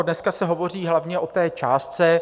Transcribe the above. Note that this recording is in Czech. Dneska se hovoří hlavně o té částce.